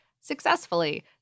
successfully